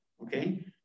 Okay